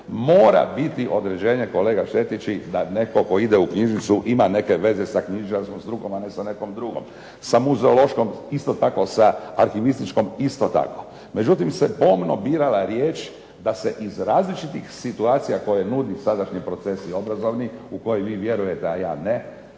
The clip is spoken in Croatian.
Mora biti određenje, kolega Šetić, da netko tko ide u knjižnicu ima neke veze sa knjižničarskom strukom, a ne sa nekom drugom. Sa muzeološkom isto tako, sa arhivističkom isto tako. Međutim se pomno birala riječ da se iz različitih situacija koje nude sadašnji procesi obrazovni u koje vi vjerujete, a ja ne,